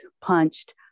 punched